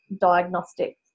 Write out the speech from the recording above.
diagnostic